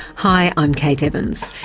hi, i'm kate evans,